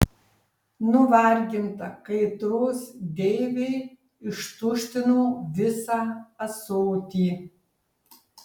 nuvarginta kaitros deivė ištuštino visą ąsotį